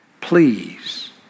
please